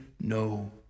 no